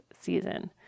season